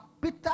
Peter